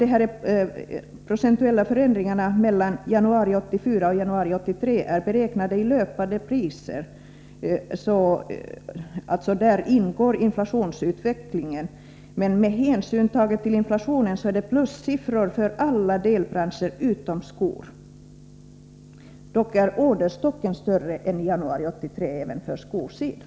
Dessa procentuella förändringar mellan januari 1983 och januari 1984 är beräknade i löpande priser, där inflationsutvecklingen ingår. Om man bortser från inflationen är det plussiffror för alla delbranscher utom för skor. Dock är orderstocken större än i januari 1983, även för skoindustrin.